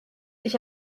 ich